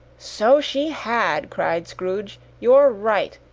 so she had, cried scrooge. you're right.